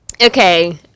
Okay